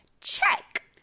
Check